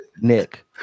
Nick